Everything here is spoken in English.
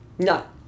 No